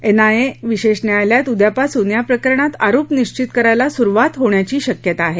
NIA विशेष न्यायालयात उद्यापासून या प्रकरणात आरोप निश्चित करायला सुरुवात होण्याची शक्यता आहे